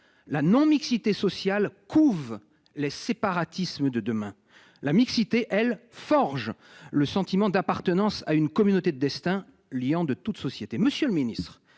la non mixité sociale couve les séparatismes de demain la mixité elle forge le sentiment d'appartenance à une communauté de destin Lyon de toute société. Monsieur le Ministre,